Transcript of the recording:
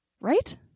right